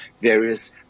various